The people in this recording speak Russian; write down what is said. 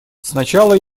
сначала